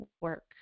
work